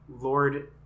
Lord